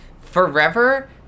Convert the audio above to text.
forever